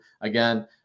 Again